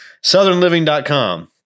Southernliving.com